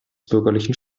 bürgerlichen